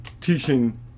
teaching